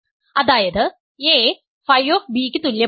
അതായത് a Φ യ്ക്ക് തുല്യമാണ്